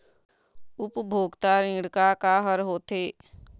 उपभोक्ता ऋण का का हर होथे?